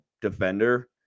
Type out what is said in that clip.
defender